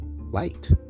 light